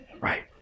right